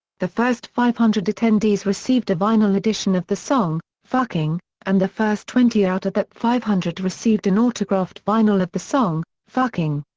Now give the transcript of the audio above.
the first five hundred attendees attendees received a vinyl edition of the song, fucking and the first twenty out of that five hundred received an autographed vinyl of the song, fucking.